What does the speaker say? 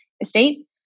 estate